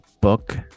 book